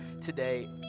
today